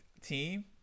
team